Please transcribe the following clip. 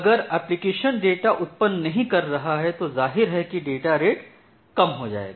अगर application data उत्पन्न नहीं कर रहा है तो ज़ाहिर है कि डाटा रेट कम हो जायेगा